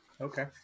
okay